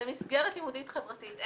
זו מסגרת לימודית חברתית,